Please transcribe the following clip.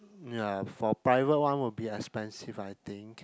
ya for private one will be expensive I think